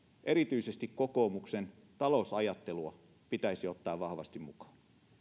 erityisesti kokoomuksen talousajattelua pitäisi ottaa vahvasti mukaan